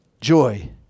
joy